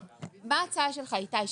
מה ההצעה שלך, איתי?